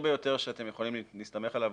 שאתם יכולים להסתמך עליו